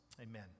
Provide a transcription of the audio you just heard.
Amen